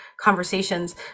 conversations